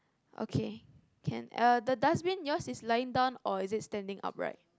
okay can uh the dustbin yours is lying down or is it standing upright